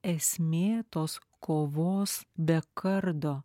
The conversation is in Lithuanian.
esmė tos kovos be kardo